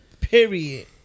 Period